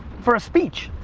for a speech.